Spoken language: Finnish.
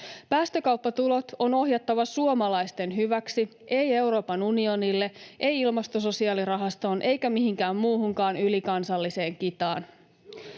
Päästökauppatulot on ohjattava suomalaisten hyväksi, ei Euroopan unionille, ei ilmastososiaalirahastoon eikä mihinkään muuhunkaan ylikansalliseen kitaan.